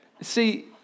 see